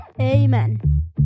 Amen